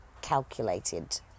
calculated